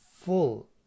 full